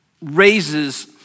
raises